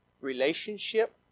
relationship